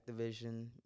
Activision